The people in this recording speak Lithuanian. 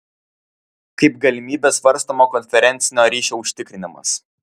kaip galimybė svarstoma konferencinio ryšio užtikrinimas